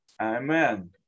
amen